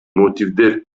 мотивдер